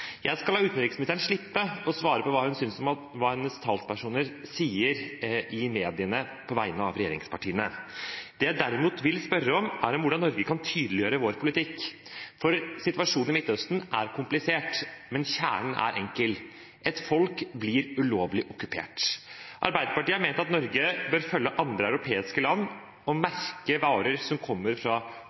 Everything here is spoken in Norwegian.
Jeg skal la utenriksministeren slippe å svare på hva hun synes om hva hennes talspersoner sier i mediene på vegne av regjeringspartiene. Det jeg derimot vil spørre om, er hvordan Norge kan tydeliggjøre vår politikk. Situasjonen i Midtøsten er komplisert, men kjernen er enkel: Et folk blir ulovlig okkupert. Arbeiderpartiet har ment at Norge bør følge andre europeiske land og merke varer som kommer fra